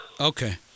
okay